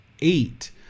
eight